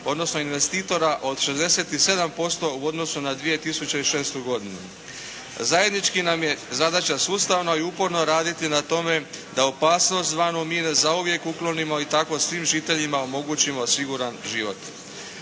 odnosno investitora od 67% u odnosu na 2006. godinu. Zajednički nam je zadaća sustavno i uporno raditi na tome da opasnost zvana mine zauvijek uklonimo i tako svim žiteljima omogućimo siguran život.